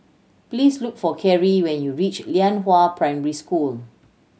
please look for Kerry when you reach Lianhua Primary School